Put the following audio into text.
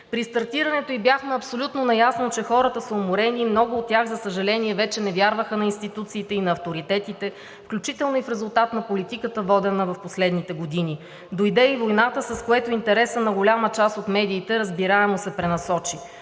При стартирането ѝ бяхме абсолютно наясно, че хората са уморени и много от тях, за съжаление, вече не вярваха на институциите и на авторитетите, включително и в резултат на политиката, водена в последните години. Дойде и войната, с което интересът на голяма част от медиите разбираемо се пренасочи,